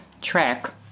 track